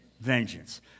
vengeance